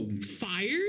Fired